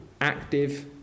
active